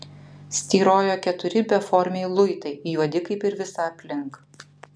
styrojo keturi beformiai luitai juodi kaip ir visa aplink